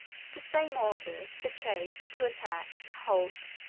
the same orders to chase, to attack, to halt,